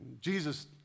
Jesus